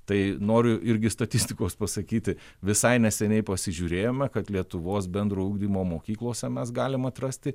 tai noriu irgi statistikos pasakyti visai neseniai pasižiūrėjome kad lietuvos bendrojo ugdymo mokyklose mes galim atrasti